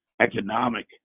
economic